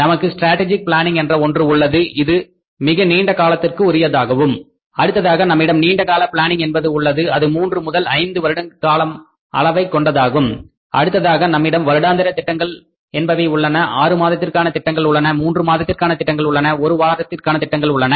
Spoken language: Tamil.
நமக்கு ஸ்ட்ராட்டஜிக் பிளான்னிங் என்ற ஒன்று உள்ளது அது மிக நீண்ட காலத்துக்கு உரியதாகும் அடுத்ததாக நம்மிடம் நீண்ட கால பிளான்னிங் என்பது உள்ளது அது மூன்று முதல் ஐந்து வருடங்கள் கால அளவை கொண்டதாகும் அடுத்ததாக நம்மிடம் வருடாந்திர திட்டங்கள் என்பவை உள்ளன 6 மாதத்திற்கான திட்டங்கள் உள்ளன மூன்று மாதத்திற்கான திட்டங்கள் உள்ளன ஒரு வாரத்திற்கான திட்டங்கள் உள்ளன